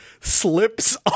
slips